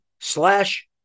slash